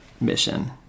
mission